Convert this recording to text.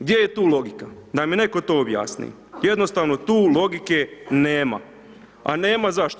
Gdje je tu logika da mi netko to objasni, jednostavno tu logike nema, a nema zašto?